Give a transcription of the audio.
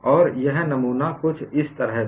और यह नमूना कुछ इस तरह था